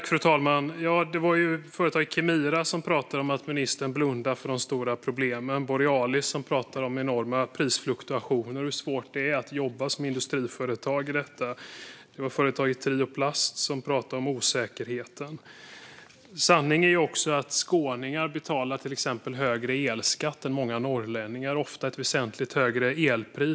Fru talman! Det var företaget Kemira som pratade om att ministern blundar för de stora problemen, det var Borealis som pratade om enorma prisfluktuationer och hur svårt det är att jobba som industriföretag i detta och det var företaget Trioplast som pratade om osäkerheten. Sanningen är att skåningar till exempel betalar högre elskatt än många norrlänningar och ofta ett väsentligt högre elpris.